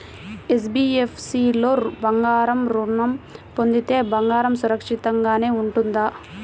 NBFC లో బంగారు ఋణం పొందితే బంగారం సురక్షితంగానే ఉంటుందా?